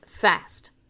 fast